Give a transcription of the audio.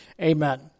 amen